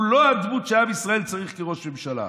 הוא לא הדמות שעם ישראל צריך כראש ממשלה.